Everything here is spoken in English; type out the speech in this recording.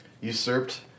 usurped